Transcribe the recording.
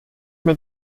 mir